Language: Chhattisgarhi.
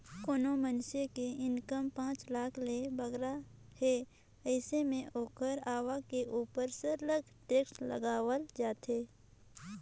कोनो मइनसे के इनकम पांच लाख ले बगरा हे अइसे में ओकर आवक के उपर सरलग टेक्स लगावल जाथे